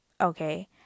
Okay